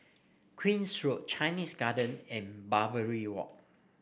Queen's Road Chinese Garden and Barbary Walk